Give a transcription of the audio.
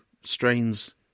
strains